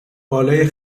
بالای